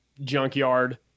junkyard